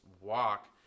walk